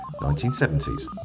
1970s